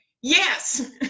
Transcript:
Yes